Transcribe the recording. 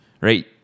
right